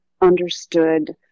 understood